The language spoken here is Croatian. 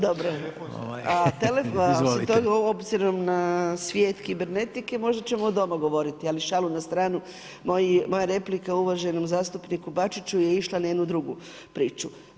Dobro, osim toga obzirom na svijet kibernetike možda ćemo doma govoriti, ali šalu na stranu moja replika uvaženom zastupniku Bačiću je išla na jednu drugu priču.